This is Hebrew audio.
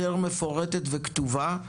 יותר מפורטת וכתובה,